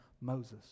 Moses